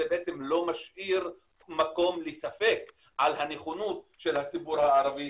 בעצם לא משאיר מקום לספק על הנכונות של הציבור הערבי